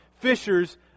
fishers